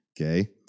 okay